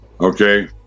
okay